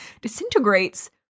disintegrates